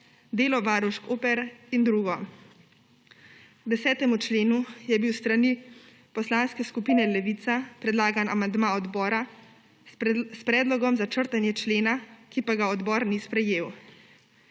delo varušk au pair in drugo. K 10. členu je bil s strani Poslanske skupine Levica predlagan amandma odbora, s predlogom za črtanje člena, ki pa ga odbor ni sprejel.